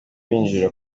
binjira